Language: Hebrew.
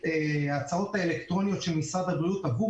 ההצהרות האלקטרוניות של משרד הבריאות עבור